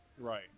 Right